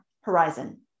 horizon